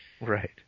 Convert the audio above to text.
Right